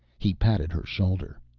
he patted her shoulder.